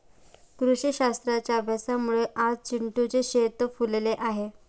कृषीशास्त्राच्या अभ्यासामुळे आज चिंटूचे शेत फुलले आहे